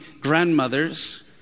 grandmothers